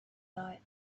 thought